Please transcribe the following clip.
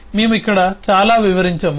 మేము ఇక్కడ చాలా వివరించము